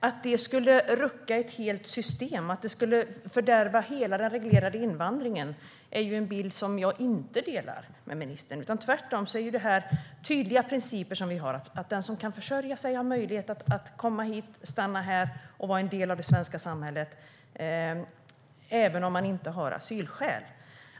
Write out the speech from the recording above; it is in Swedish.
Att det skulle rucka ett helt system, att det skulle fördärva hela den reglerade invandringen, är en bild som jag inte delar med ministern. Tvärtom är det här tydliga principer som vi har; den som kan försörja sig har möjlighet att komma hit, stanna här och vara en del av det svenska samhället, även om man inte har asylskäl.